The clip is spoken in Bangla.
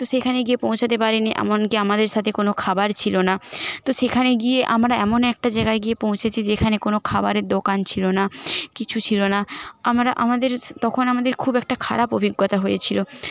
তো সেইখানে গিয়ে পৌঁছোতে পারিনি এমনকি আমাদের সাথে কোনও খাবার ছিল না তো সেখানে গিয়ে আমরা এমন একটা জায়গায় গিয়ে পৌঁছেছি যেখানে কোনও খাবারের দোকান ছিল না কিছু ছিল না আমরা আমাদের তখন আমাদের খুব একটা খারাপ অভিজ্ঞতা হয়েছিল